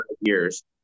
years